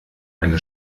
eine